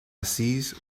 assise